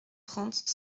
trente